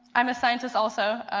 i'm a scientist also.